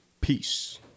Peace